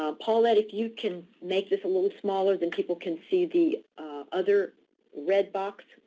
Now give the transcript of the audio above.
um paulette, if you can make this a little smaller, then people can see the other red box,